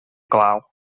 glaw